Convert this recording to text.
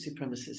supremacists